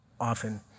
often